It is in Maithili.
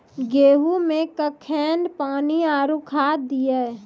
गेहूँ मे कखेन पानी आरु खाद दिये?